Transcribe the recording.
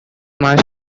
mass